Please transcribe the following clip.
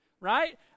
right